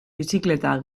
bizikleta